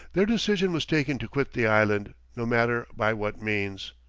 their decision was taken to quit the island, no matter by what means.